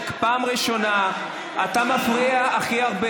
מה נתת לטיבי?